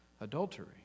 adultery